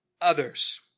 others